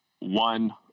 one